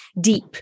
deep